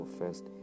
first